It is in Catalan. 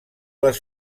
les